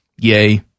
Yay